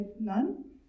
none